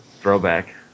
Throwback